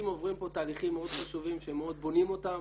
עוברים פה תהליכים מאוד חשובים שמאוד בונים אותם,